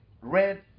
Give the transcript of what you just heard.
red